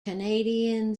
canadian